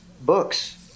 books